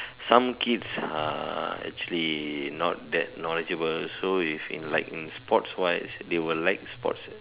some kids are actually not that knowledgeable so like if in sports wise they will like sports